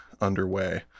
underway